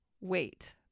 wait